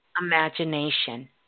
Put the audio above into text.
imagination